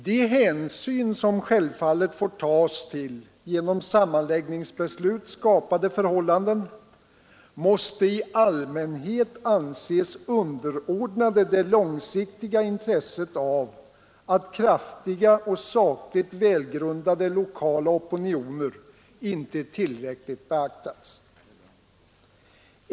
De hänsyn som självfallet får tas till genom sammanläggningsbeslut skapade förhållanden måste i allmänhet anses underordnade det långsiktiga intresset av att kraftiga och sakligt välgrundade lokala opinioner tillräckligt beaktas — vilket nu inte alltid sker.